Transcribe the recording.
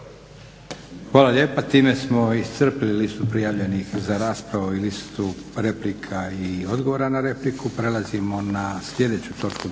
Hvala lijepa. Time smo iscrpili listu prijavljenih za raspravu i listu replika i odgovora na replike. **Stazić, Nenad